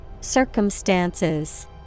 Circumstances